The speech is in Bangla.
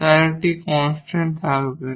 তার একটি কনস্ট্যান্ট থাকবে না